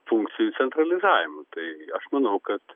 funkcijų centralizavimu tai aš manau kad